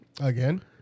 Again